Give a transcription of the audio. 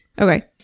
Okay